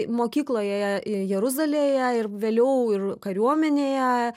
mokykloje jeruzalėje ir vėliau ir kariuomenėje